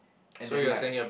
and then like